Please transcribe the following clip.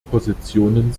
positionen